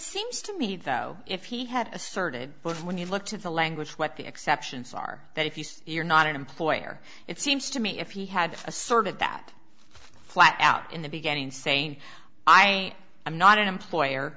seems to me though if he had asserted but when you look to the language what the exceptions are that if you say you're not an employer it seems to me if he had a sort of that flat out in the beginning saying i i'm not an employer